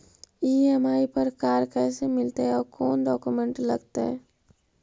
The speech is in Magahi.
ई.एम.आई पर कार कैसे मिलतै औ कोन डाउकमेंट लगतै?